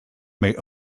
may